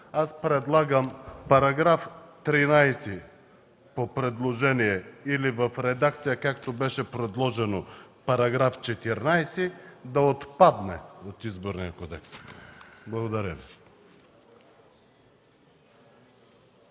предлагам § 13 по предложение или в редакция, както беше предложено –§ 14, да отпадне от Изборния кодекс. Благодаря